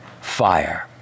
fire